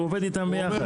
הוא עובד איתם ביחד.